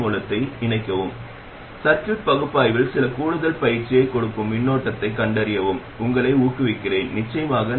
முதலாவதாக gm மிகவும் உணர்திறன் வெப்பநிலை மற்றும் பலவற்றால் சில விரும்பத்தக்க பண்புகளைக் கொண்ட gm இல் இருந்து சுயாதீனமாகிறது